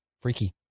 freaky